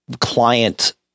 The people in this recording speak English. client